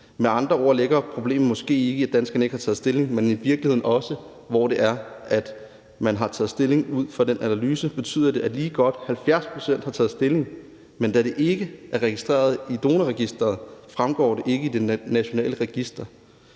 Med andre ord ligger problemet måske ikke i, at danskerne ikke har taget stilling, men i virkeligheden også i, at man har taget stilling ud fra en bestemt analyse. Det betyder, at lige godt 70 pct. har taget stilling, men da det ikke er registreret i Donorregisteret, fremgår det ikke i det nationale register.